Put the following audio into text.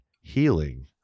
Healing